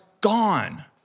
gone